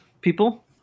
people